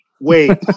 wait